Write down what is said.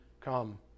come